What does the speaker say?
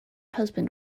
husband